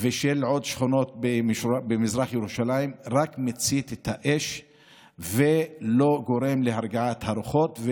ושל עוד שכונות במזרח ירושלים רק מצית את האש ולא גורם להרגעת הרוחות.